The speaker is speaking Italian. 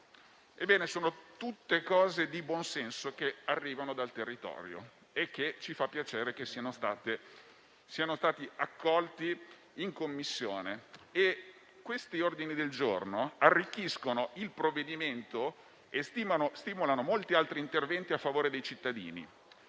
Sono tutte proposte di buon senso che arrivano dal territorio e che ci fa piacere siano state accolte in Commissione. Questi ordini del giorno arricchiscono il provvedimento e stimolano molti altri interventi a favore dei cittadini;